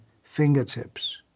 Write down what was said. fingertips